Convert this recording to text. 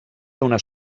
donar